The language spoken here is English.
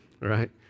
right